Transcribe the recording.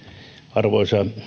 arvoisa